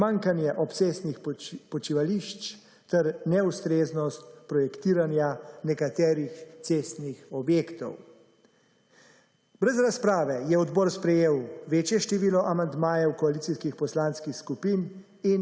pomanjkanje obcestnih počivališč ter neustreznost projektiranja nekaterih cestnih objektov. Brez razprave je odbor sprejel večje število amandmajev koalicijskih poslanskih skupin